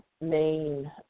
main